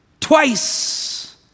Twice